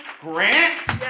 grant